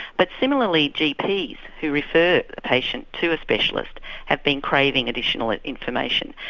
but similarly gps who refer a patient to a specialist have been craving additional information.